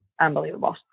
unbelievable